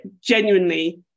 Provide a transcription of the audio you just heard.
genuinely